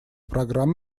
программ